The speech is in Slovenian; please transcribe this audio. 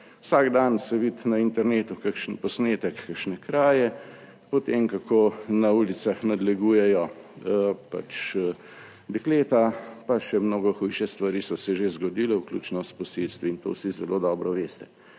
Vsak dan se vidi na internetu kakšen posnetek kakšne kraje, po tem, kako na ulicah nadlegujejo pač dekleta, pa še mnogo hujše stvari so se že zgodile, vključno s posilstvi in to vsi zelo dobro veste.